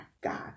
God